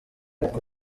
uko